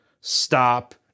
stop